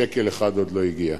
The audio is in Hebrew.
שקל אחד עוד לא הגיע.